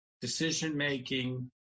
Decision-making